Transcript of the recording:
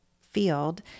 field